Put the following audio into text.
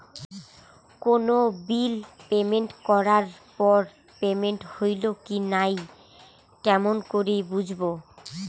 কোনো bill payment করার পর পেমেন্ট হইল কি নাই কেমন করি বুঝবো?